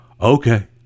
Okay